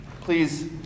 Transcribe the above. Please